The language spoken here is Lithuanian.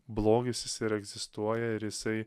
blogis jis ir egzistuoja ir jisai